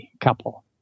couple